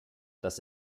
das